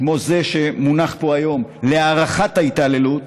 כמו זה שמונח פה היום להארכת ההתעללות,